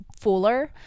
fooler